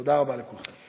תודה רבה לכולכם.